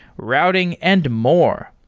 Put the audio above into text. routing and more.